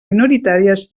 minoritàries